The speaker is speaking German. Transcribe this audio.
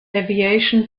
aviation